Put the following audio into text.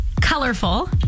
colorful